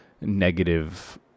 negative